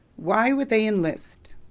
why would they enlist?